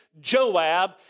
Joab